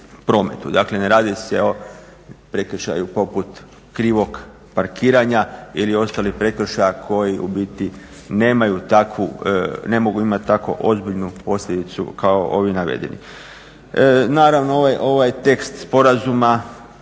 Dakle, ne radi se o prekršaju poput krivog parkiranja ili ostalih prekršaja koji u biti ne mogu imati tako ozbiljnu posljedicu kao ovi navedeni. Naravno ovaj tekst sporazuma